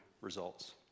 results